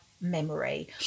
memory